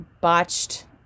botched